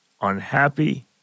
unhappy